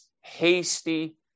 hasty